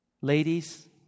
Ladies